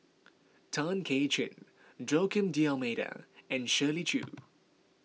Tay Kay Chin Joaquim D'Almeida and Shirley Chew